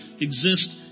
exist